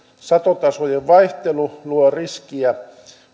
satotasojen vaihtelu luovat riskiä